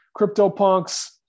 CryptoPunks